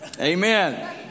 Amen